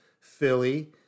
Philly